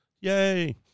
Yay